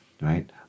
right